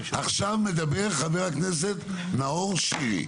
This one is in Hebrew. עכשיו מדבר חבר הכנסת נאור שירי.